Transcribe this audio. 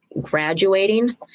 graduating